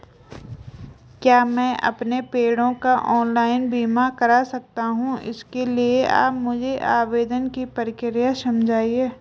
क्या मैं अपने पेड़ों का ऑनलाइन बीमा करा सकता हूँ इसके लिए आप मुझे आवेदन की प्रक्रिया समझाइए?